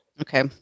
Okay